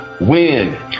win